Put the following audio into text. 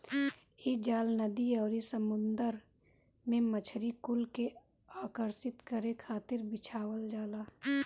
इ जाल नदी अउरी समुंदर में मछरी कुल के आकर्षित करे खातिर बिछावल जाला